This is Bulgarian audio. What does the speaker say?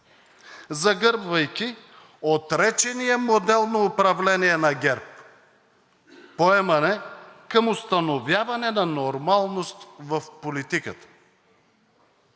загърбвайки отречения модел на управление на ГЕРБ – поемане към установяване на нормалност в политиката.